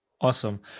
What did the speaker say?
Awesome